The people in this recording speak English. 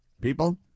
people